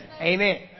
Amen